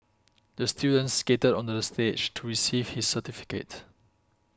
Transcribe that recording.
the student skated onto the stage to receive his certificate